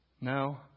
No